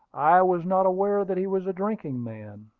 i was not aware that he was a drinking man.